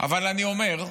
אבל אני אומר: